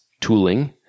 tooling